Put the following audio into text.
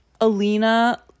Alina